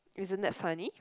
isn't that funny